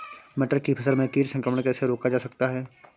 मटर की फसल में कीट संक्रमण कैसे रोका जा सकता है?